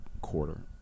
quarter